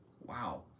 Wow